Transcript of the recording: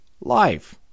life